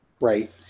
Right